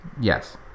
yes